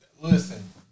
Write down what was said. listen